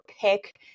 pick